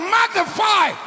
Magnify